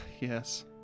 yes